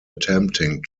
attempting